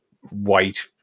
white